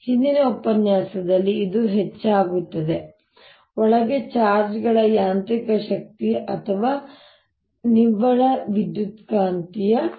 ಹಿಂದಿನ ಉಪನ್ಯಾಸದಲ್ಲಿ ಇದು ಹೆಚ್ಚಾಗುತ್ತದೆ ಒಳಗೆ ಚಾರ್ಜ್ಗಳ ಯಾಂತ್ರಿಕ ಶಕ್ತಿ ಅಥವಾ ನಿವ್ವಳ ವಿದ್ಯುತ್ಕಾಂತೀಯ ಶಕ್ತಿ